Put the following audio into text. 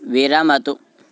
विरमतु